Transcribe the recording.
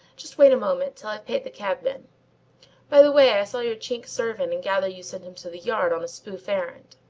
just wait a moment, till i've paid the cabman by-the-way, i saw your chink servant and gather you sent him to the yard on a spoof errand.